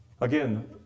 Again